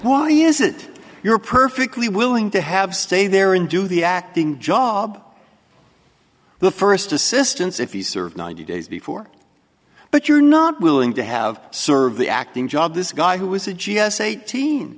why is it you're perfectly willing to have stay there and do the acting job the first assistance if you serve ninety days before but you're not willing to have served the acting job this guy who was a g s eighteen